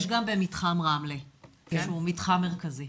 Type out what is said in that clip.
יש גם במתחם רמלה, שהוא מתחם מרכזי.